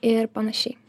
ir panašiai